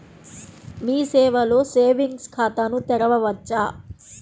మీ సేవలో సేవింగ్స్ ఖాతాను తెరవవచ్చా?